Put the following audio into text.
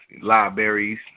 libraries